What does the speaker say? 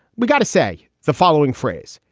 we got to say the following phrase.